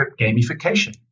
gamification